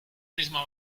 misma